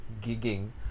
gigging